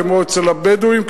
כמו אצל הבדואים,